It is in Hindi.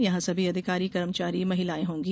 यहां सभी अधिकारीकर्मचारी महिलाएं होंगी